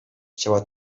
chciała